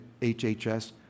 HHS